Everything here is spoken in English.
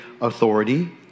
authority